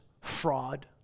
fraud